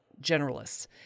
generalists